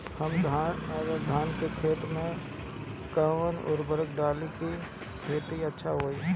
हम धान के खेत में कवन उर्वरक डाली कि खेती अच्छा होई?